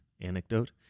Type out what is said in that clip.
Anecdote